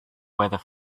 weather